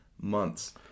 months